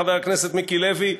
חבר הכנסת מיקי לוי,